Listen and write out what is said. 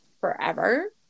forever